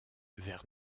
vers